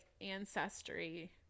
ancestry